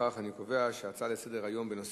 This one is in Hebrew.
לפיכך אני קובע שההצעות לסדר-היום בנושא